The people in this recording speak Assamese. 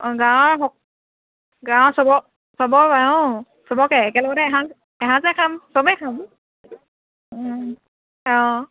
অঁ গাঁৱৰ স গাঁৱৰ সব সবৰ অঁ সবকে একেলগতে এসাঁজ এসাঁজহে খাম সবেই খাম অঁ